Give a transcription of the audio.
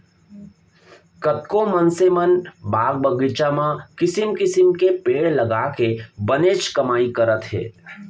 कतको मनसे मन बाग बगीचा म किसम किसम के पेड़ लगाके बनेच कमाई करथे